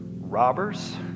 robbers